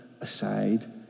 aside